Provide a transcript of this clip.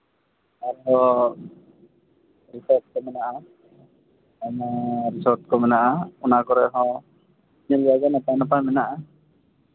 ᱟᱨᱦᱚᱸ ᱨᱤᱥᱳᱨᱴ ᱠᱚ ᱢᱮᱱᱟᱜᱼᱟ ᱢᱟᱱᱮ ᱨᱤᱥᱳᱨᱴ ᱠᱚ ᱢᱮᱱᱟᱜᱼᱟ ᱚᱱᱟ ᱠᱚᱨᱮ ᱦᱚᱸ ᱧᱮᱞ ᱡᱟᱭᱜᱟ ᱱᱟᱯᱟᱭ ᱱᱟᱯᱟᱭ ᱢᱮᱱᱟᱜᱼᱟ